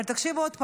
אבל תקשיב עוד פעם: